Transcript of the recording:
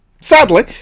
Sadly